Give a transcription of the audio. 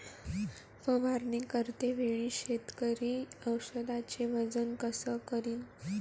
फवारणी करते वेळी शेतकरी औषधचे वजन कस करीन?